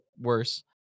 worse